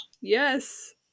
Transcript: Yes